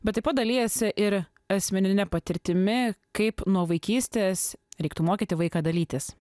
bet taip pat dalijasi ir asmenine patirtimi kaip nuo vaikystės reiktų mokyti vaiką dalytis